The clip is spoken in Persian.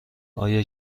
آیا